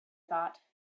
thought